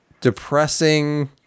depressing